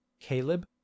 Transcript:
Caleb